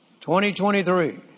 2023